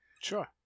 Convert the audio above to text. Sure